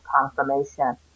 confirmation